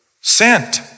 sent